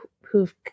who've